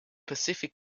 pacific